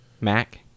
Mac